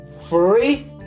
free